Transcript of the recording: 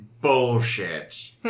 bullshit